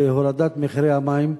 להורדת מחירי המים.